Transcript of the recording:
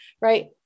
right